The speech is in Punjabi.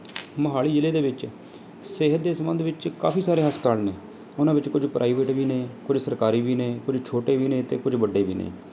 ਮੋਹਾਲੀ ਜ਼ਿਲ੍ਹੇ ਦੇ ਵਿੱਚ ਸਿਹਤ ਦੇ ਸੰਬੰਧ ਵਿੱਚ ਕਾਫੀ ਸਾਰੇ ਹਸਪਤਾਲ ਨੇ ਉਹਨਾਂ ਵਿੱਚ ਕੁਝ ਪ੍ਰਾਈਵੇਟ ਵੀ ਨੇ ਕੁਝ ਸਰਕਾਰੀ ਵੀ ਨੇ ਕੁਝ ਛੋਟੇ ਵੀ ਨੇ ਅਤੇ ਕੁਝ ਵੱਡੇ ਵੀ ਨੇ